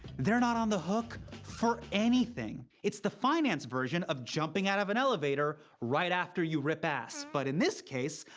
they're not on the hook for anything. it's the finance version of jumping out of an elevator right after you rip ass. but in this case,